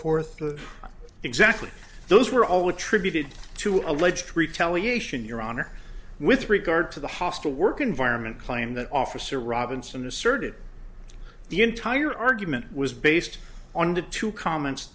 forth exactly those were all attributed to alleged retaliation your honor with regard to the hostile work environment claim that officer robinson asserted the entire argument was based on the two comments